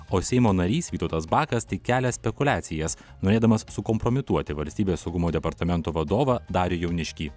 o seimo narys vytautas bakas tik kelia spekuliacijas norėdamas sukompromituoti valstybės saugumo departamento vadovą darių jauniškį